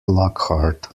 lockhart